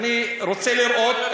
אני רוצה לראות,